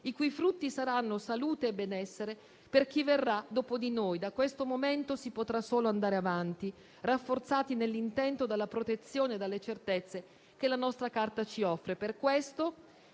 i cui frutti saranno salute e benessere per chi verrà dopo di noi. Da questo momento si potrà solo andare avanti rafforzati nell'intento dalla protezione e dalle certezze che la nostra Carta ci offre.